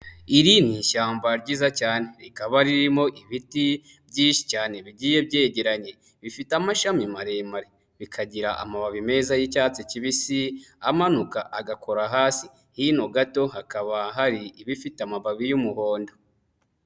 Iri ni ishyamba ryiza cyane, rikaba ririmo ibiti byinshi cyane bigiye byegeranye bifite amashami maremare, bikagira amababi meza y'icyatsi kibisi amanuka agakora hasi, hino gato hakaba hari ibifite amababi y'umuhondo.